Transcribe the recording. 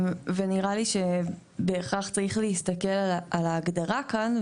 ונראה לי שבהכרח צריך להסתכל על ההגדרה כאן,